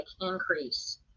increase